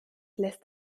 lässt